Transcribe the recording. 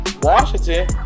Washington